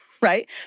right